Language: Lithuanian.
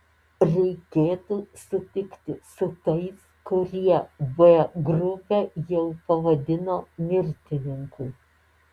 reikėtų sutikti su tais kurie b grupę jau pavadino mirtininkų